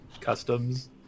customs